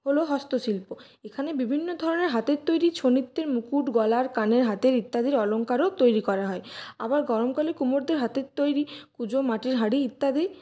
হল হস্তশিল্প এখানে বিভিন্ন ধরনের হাতের তৈরি ছৌ নৃত্যের মুকুট গলার কানের হাতের ইত্যাদির অলঙ্কারও তৈরি করা হয় আবার গরমকালে কুমোরদের হাতের তৈরি কুঁজো মাটির হাড়ি ইত্যাদি